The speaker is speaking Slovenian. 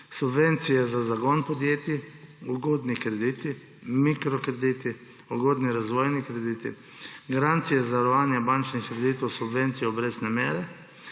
subvencije za zagon podjetij, ugodni krediti, mikrokrediti, ugodni razvojni krediti, garancije zavarovanja bančnih kreditov s subvencijo obrestne mere,